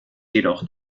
jedoch